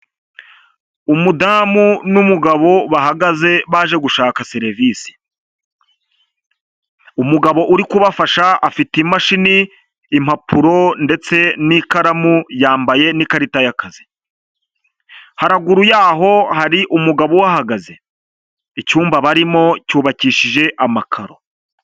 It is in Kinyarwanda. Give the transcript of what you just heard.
Umudamu n'umugabo bahagaze baje gushaka serivise, umugabo uri kuba afite imashini, impapuro ndetse n'ikaramu yambaye n'ikarita y'akazi, haraguru yaho hari umugabo uhahagaze, icyumba barimo cyubakishije amakaro.